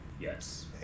Yes